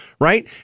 right